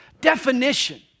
definition